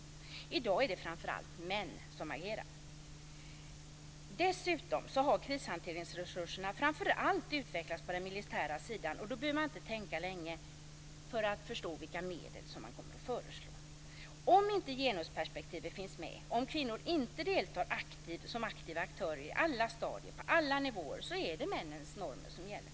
I dag är det framför allt män som agerar. Dessutom har krishanteringsresurserna utvecklats framför allt på den militära sidan. Då behöver man inte tänka länge för att förstå vilka medel man kommer att föreslå. Om inte genusperspektivet finns med och om kvinnor inte deltar som aktiva aktörer i alla stadier och på alla nivåer, så är det männens normer som gäller.